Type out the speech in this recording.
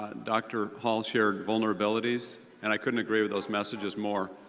dr. hall shared vulnerabilities and i couldn't agree with those messages more.